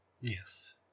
Yes